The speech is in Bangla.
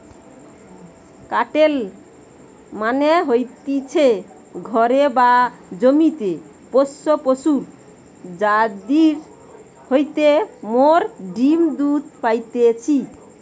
কাটেল মানে হতিছে ঘরে বা জমিতে পোষ্য পশু যাদির হইতে মোরা ডিম্ দুধ পাইতেছি